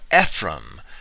Ephraim